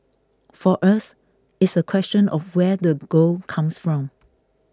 for us it's a question of where the gold comes from